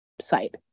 site